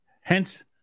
Hence